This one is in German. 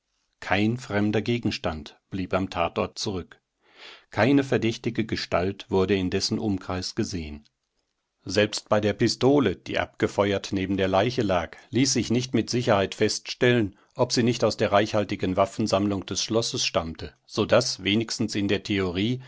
kein fremder gegenstand blieb am tatort zurück keine verdächtige gestalt wurde in dessen umkreis gesehen selbst bei der pistole die abgefeuert neben der leiche lag ließ sich nicht mit sicherheit feststellen ob sie nicht aus der reichhaltigen waffensammlung des schlosses stammte so daß wenigstens in der theorie